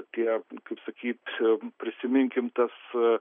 tie kaip sakyt prisiminkim tas